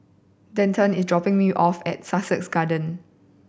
Denton is dropping me off at Sussex Garden